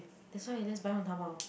that's why just buy on Taobao